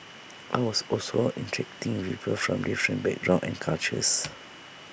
I was also interacting with people from different backgrounds and cultures